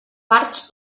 parts